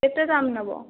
କେତେ ଦାମ୍ ନେବ